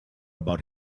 about